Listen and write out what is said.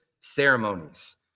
ceremonies